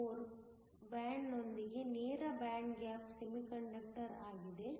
4 band ನೊಂದಿಗೆ ನೇರ band gap semiconductor ಆಗಿದೆ